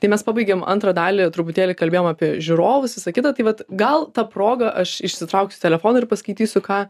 tai mes pabaigėm antrą dalį truputėlį kalbėjom apie žiūrovus visa kita tai vat gal ta proga aš išsitrauksiu telefoną ir paskaitysiu ką